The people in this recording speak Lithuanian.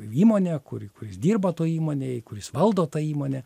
įmonę kur kur jis dirba toj įmonėj kur jis valdo tą įmonę